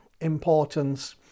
importance